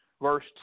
Verse